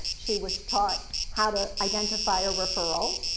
she was taught how to identify a referral.